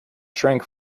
shrink